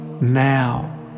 now